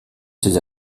ses